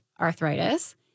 arthritis